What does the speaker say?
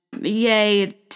Yay